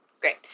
Great